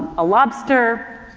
a lobster,